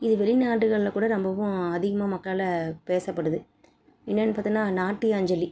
இது வெளிநாடுகளில் கூட ரொம்பவும் அதிகமாக மக்களால் பேசப்படுது என்னென்னு பாத்தோம்னா நாட்டியாஞ்சலி